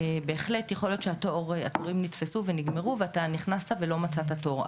בהחלט יכול להיות שהתורים נתפסו ונגמרו ואתה נכנסת ולא מצאת תור,